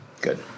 Good